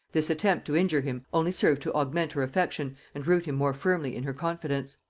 this attempt to injure him only served to augment her affection and root him more firmly in her confidence.